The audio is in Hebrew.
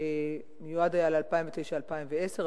שמיועד היה ל-2009 2010,